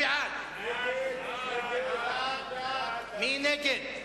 סעיף 19, משרד המדע, התרבות, לשנת 2009,